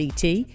CT